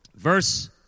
Verse